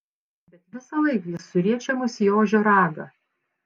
bet visąlaik jis suriečia mus į ožio ragą